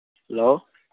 hello